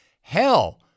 Hell